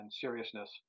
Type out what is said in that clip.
seriousness